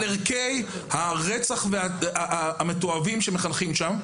ערכי הרצח המתועבים שאליהם מחנכים שם,